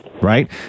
Right